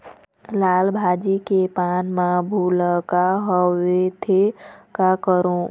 लाल भाजी के पान म भूलका होवथे, का करों?